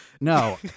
No